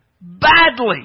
badly